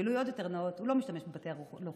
גילוי עוד יותר נאות: הוא לא משתמש בבתי הלוחם,